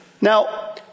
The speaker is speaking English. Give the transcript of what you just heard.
Now